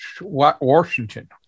Washington